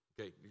Okay